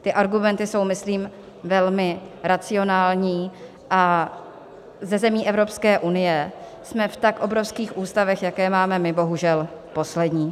Ty argumenty jsou myslím velmi racionální a ze zemí Evropské unie jsme v tak obrovských ústavech, jaké máme my, bohužel poslední.